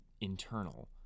internal